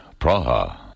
Praha